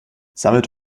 sammelt